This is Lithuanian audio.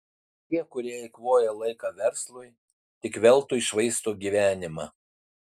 tie kurie eikvoja laiką verslui tik veltui švaisto gyvenimą